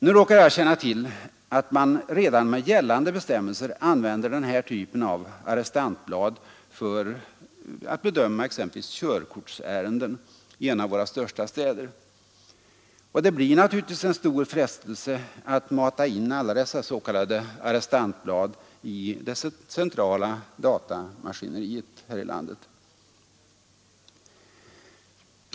Nu råkar jag känna till att man redan med gällande bestämmelser använder den här typen av ”arrestantblad” för att bedöma exempelvis körkortsärenden i en av våra största städer. Och det blir naturligtvis en stor frestelse att mata in alla dessa s.k. arrestantblad i det centrala datamaskineriet här i landet.